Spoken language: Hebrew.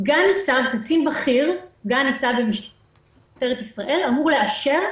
סגן-ניצב במשטרת ישראל,